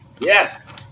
Yes